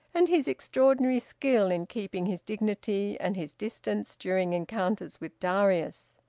and his extraordinary skill in keeping his dignity and his distance during encounters with darius.